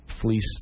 fleece